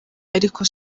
ariko